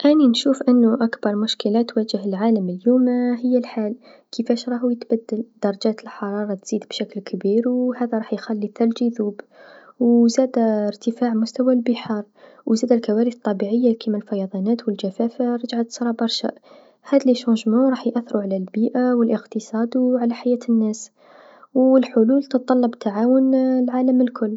أني نشوف أنو أكبر مشكله تواجه العالم اليوم هي الحال، كيفاش راهو يتبدل، درجات الحراره تزيد بشكل كبير و هذا راح يخلي الثلج يذوب، و زادا إرتفاع مستوى البحار و زادا الكوارث الطبيعيه كيما الفيضانات و الجفاف رجعت تصرى برشا، هذو التغيرات راح يأثرو علي البيئه و الإقتصاد و على حياة الناس، و الحلول تتطلب تعاون العالم الكل.